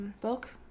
book